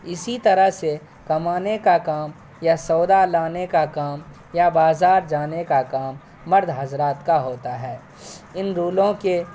اسی طرح سے کمانے کا کام یا سودا لانے کا کام یا بازار جانے کا کام مرد حضرات کا ہوتا ہے ان رولوں کے